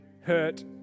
hurt